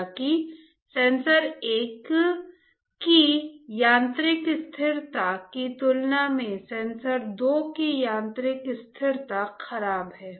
हालांकि सेंसर एक की यांत्रिक स्थिरता की तुलना में सेंसर दो की यांत्रिक स्थिरता खराब है